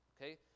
okay